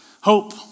Hope